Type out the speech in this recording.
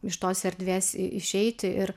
iš tos erdvės i išeiti ir